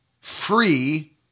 free